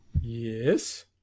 Yes